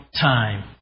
time